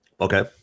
Okay